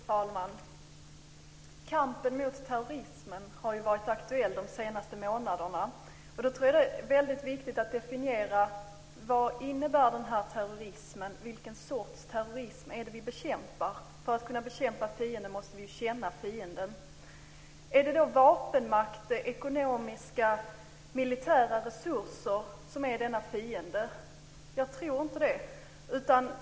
Fru talman! Kampen mot terrorismen har varit aktuell de senaste månaderna. Jag tror att det är väldigt viktigt att definiera vad denna terrorism innebär och vilken sorts terrorism vi bekämpar. För att kunna bekämpa fienden måste vi känna fienden. Har fienden vapenmakt och ekonomiska och militära resurser? Jag tror inte det.